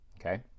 Okay